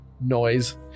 noise